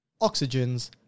oxygens